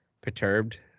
perturbed